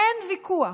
אין ויכוח.